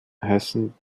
heißen